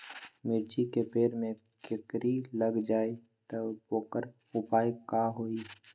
मिर्ची के पेड़ में कोकरी लग जाये त वोकर उपाय का होई?